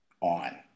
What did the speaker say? on